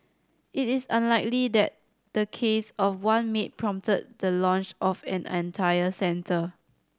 it is unlikely that the case of one maid prompted the launch of an entire centre